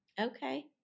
Okay